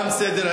אדוני